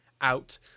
out